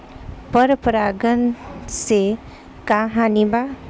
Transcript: पर परागण से का हानि बा?